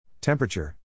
Temperature